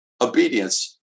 obedience